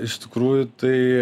iš tikrųjų tai